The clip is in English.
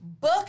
book